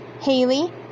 Haley